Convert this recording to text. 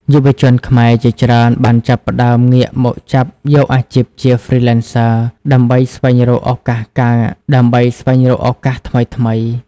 យុវជនខ្មែរជាច្រើនបានចាប់ផ្តើមងាកមកចាប់យកអាជីពជា Freelancer ដើម្បីស្វែងរកឱកាសថ្មីៗ។